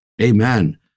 Amen